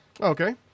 Okay